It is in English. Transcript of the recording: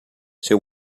she